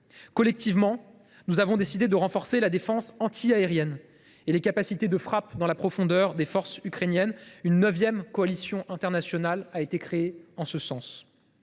Collectivement, nous avons décidé de renforcer la défense antiaérienne et les capacités de frappe dans la profondeur des forces ukrainiennes. Une neuvième coalition internationale sera créée en ce sens.